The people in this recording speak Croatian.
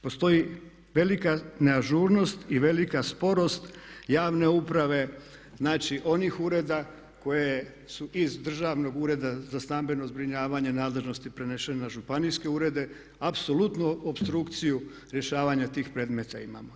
Postoji velika ne ažurnost i velika sporost javne uprave, znači onih ureda koje su iz Državnog ureda za stambeno zbrinjavanje, nadležnosti prenesene na županijske urede, apsolutno opstrukciju rješavanja tih predmeta imamo.